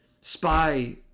spy